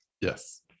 Yes